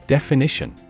Definition